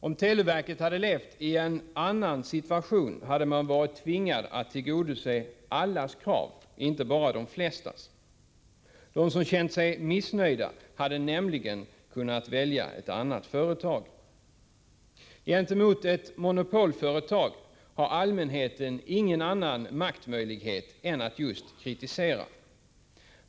Om televerket hade levat i en annan situation, hade man varit tvingad att tillgodose allas krav, inte bara de flestas. De som kände sig missnöjda hade nämligen kunnat välja ett annat företag. Gentemot ett monopolföretag har allmänheten ingen annan maktmöjlighet än just att kritisera.